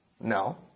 No